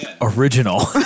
original